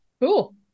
Cool